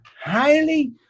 highly